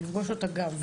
נפגוש אותה גם.